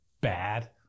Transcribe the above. bad